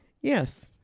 Yes